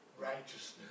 righteousness